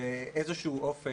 ואיזה אופק,